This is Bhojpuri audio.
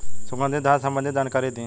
सुगंधित धान संबंधित जानकारी दी?